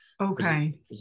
okay